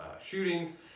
shootings